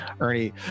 Ernie